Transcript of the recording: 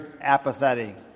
apathetic